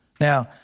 Now